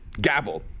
Gavel